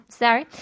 sorry